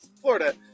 Florida